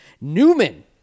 Newman